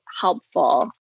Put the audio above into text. helpful